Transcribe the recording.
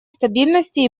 стабильности